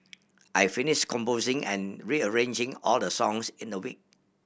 I finish composing and rearranging all the songs in the week